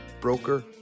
broker